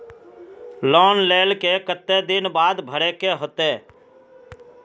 Loan लेल के केते दिन बाद भरे के होते?